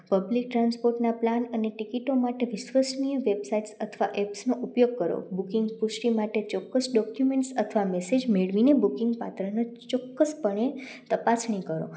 public ટ્રાન્સપોર્ટના plan અને ટિકિટો માટે વિશ્વસનીય વેબસાઇટ અથવા એપ્સનો ઉપયોગ કરો બુકિંગ પુષ્ટિ માટે ચોક્કસ ડોક્યુમેંટ્સ અથવા મેસેજ મેળવીને બુકિંગ પાત્રનો ચોક્કસપણે તપાસણી કરો